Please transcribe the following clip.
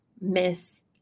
miss